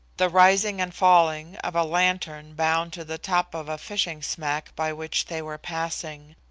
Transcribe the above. the rising and falling of a lantern bound to the top of a fishing smack by which they were passing,